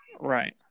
Right